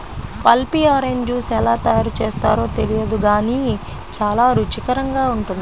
pulpy orange juice ఎలా తయారు చేస్తారో తెలియదు గానీ చాలా రుచికరంగా ఉంటుంది